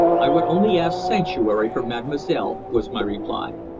i would only ask sanctuary for mademoiselle, was my reply.